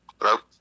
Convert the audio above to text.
hello